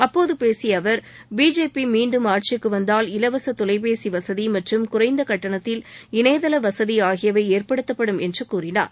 அப்போது பேசிய அவர் பிஜேபி மீண்டும் ஆட்சிக்கு வந்தால் இலவச தொலைபேசி வசதி மற்றும் குறைந்த கட்டணத்தில் இணையதள வசதி ஆகியவை ஏற்படுத்தப்படும் என்று கூறினார்